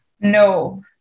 No